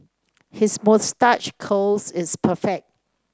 his moustache curls is perfect